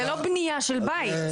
זה לא בנייה של בית.